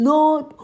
Lord